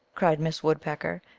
cried miss woodpecker,